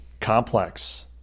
complex